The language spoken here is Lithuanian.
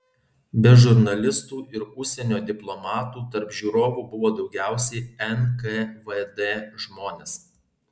be žurnalistų ir užsienio diplomatų tarp žiūrovų buvo daugiausiai nkvd žmonės